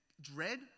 dread